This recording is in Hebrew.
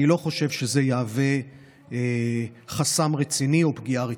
אני לא חושב שזה יהווה חסם רציני או פגיעה רצינית.